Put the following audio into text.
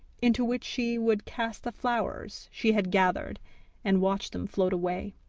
into which she would cast the flowers she had gathered and watch them float away.